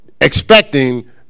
expecting